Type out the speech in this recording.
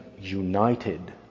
united